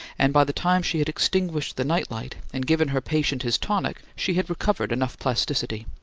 and by the time she had extinguished the night-light and given her patient his tonic, she had recovered enough plasticity.